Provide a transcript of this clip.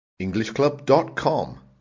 englishclub.com